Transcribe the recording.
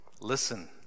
Listen